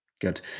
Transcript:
Good